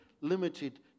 limited